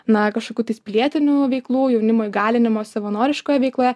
na kažkokių tais pilietinių veiklų jaunimo įgalinimo savanoriškoje veikloje